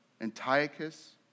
Antiochus